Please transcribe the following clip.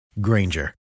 Granger